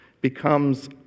becomes